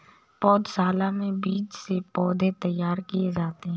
पौधशाला में बीज से पौधे तैयार किए जाते हैं